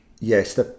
Yes